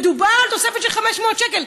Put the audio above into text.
מדובר על תוספת של 500 שקל.